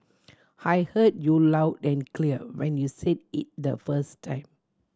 I heard you loud and clear when you said it the first time